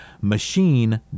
machine